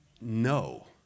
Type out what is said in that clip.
no